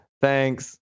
Thanks